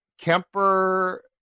Kemper